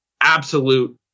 Absolute